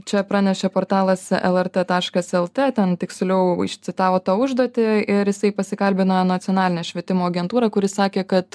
čia pranešė portalas lrt taškas lt ten tiksliau citavo tą užduotį ir jisai pasikalbino nacionalinę švietimo agentūrą kuri sakė kad